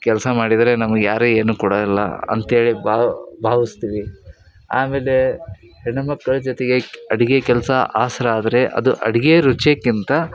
ಕೆಲಸ ಮಾಡಿದರೆ ನಮ್ಗೆ ಯಾರೂ ಏನೂ ಕೊಡೋಲ್ಲ ಅಂತೇಳಿ ಭಾವ ಭಾವಿಸ್ತೀವಿ ಆಮೇಲೆ ಹೆಣ್ಣು ಮಕ್ಳ ಜೊತೆಗೆ ಕ್ ಅಡುಗೆ ಕೆಲಸ ಆಸರಾದ್ರೆ ಅದು ಅಡಿಗೆ ರುಚಿಕ್ಕಿಂತ